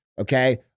okay